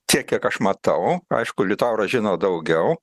tiek kiek aš matau aišku liutauras žino daugiau